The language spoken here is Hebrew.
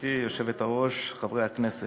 גברתי היושבת-ראש, חברי הכנסת,